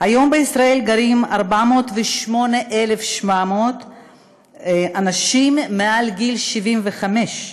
היום בישראל גרים 408,700 אנשים מעל גיל 75,